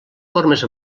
formes